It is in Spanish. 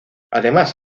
además